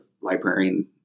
librarian